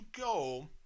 go